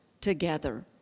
together